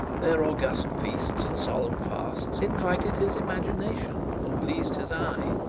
their august feasts and solemn fasts, invited his imagination and pleased his eye.